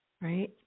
right